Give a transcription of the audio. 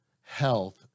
health